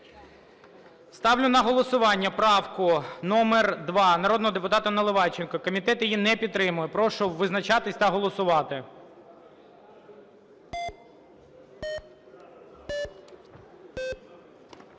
Ставлю на голосування правку номер 2, народного депутата Наливайченка. Комітет її не підтримує. Прошу визначатись та голосувати.